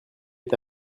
est